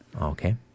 Okay